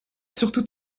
surtout